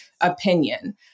opinion